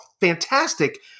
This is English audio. fantastic